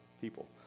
people